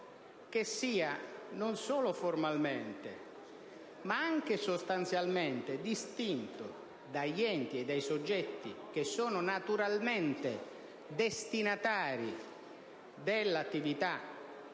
che sia, non solo formalmente, ma anche sostanzialmente distinto dagli enti e dai soggetti che sono naturalmente destinatari dell'attività